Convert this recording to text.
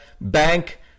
bank